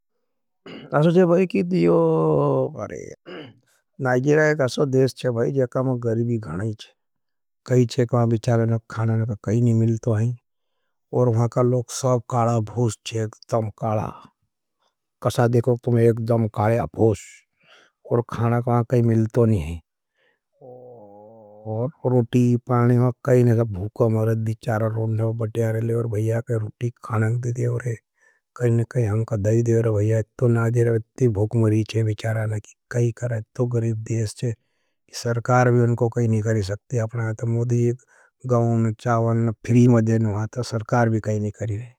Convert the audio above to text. असो छे भाई नाईजिरा एक असो देश है जो गरीबी गण है। कही थे कि वहाँ भी खाना नहीं मिलते हैं। और वहाँ का लोग सब काला अभूस थे। कसा देखो तुमें एकडम काले अभूस। और खाना नहीं मिलते हैं। और रुटी, पानी मां कही नहीं देखते हैं। भूकह मरत धी चारा रोन्ड है वो बत्यार हरे लेवर भीया कही रुटी, कानक देखते हैं। कही नहीं कही हमका दईधेवर भीया इत्तो नाईजिरा इत्ती भूकहुमरी चहें बिचारा तो गरीब देश चे। सरकार भी उनको कई नहीं करी सकते हैं अपना मोधी, गाउन, चावन, फ्री में जेन है तो सरकार भी काई नहीं करी रहे है।